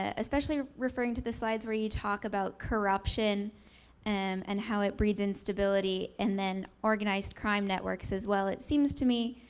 ah especially referring to the slides where you talk about corruption and and how it breeds instability and then organized crime networks as well. it seems to me,